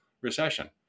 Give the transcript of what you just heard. recession